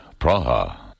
Praha